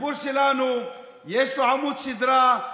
הציבור שלנו, יש לו עמוד שדרה.